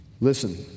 Listen